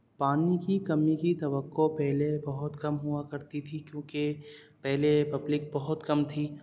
پانی کی کمی کی توقع پہلے بہت کم ہوا کرتی تھی کیونکہ پہلے پبلک بہت کم تھی